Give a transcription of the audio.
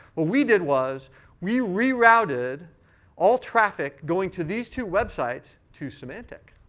what we did was we rerouted all traffic going to these two websites to symantec.